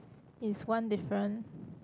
is one different